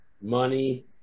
Money